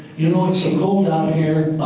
you know it's so cold out here,